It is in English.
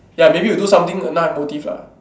ya maybe you do something now have motive lah